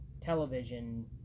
television